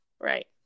Right